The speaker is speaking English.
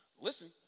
Listen